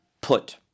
put